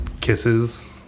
kisses